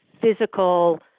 physical